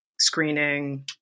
Screening